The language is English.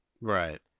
Right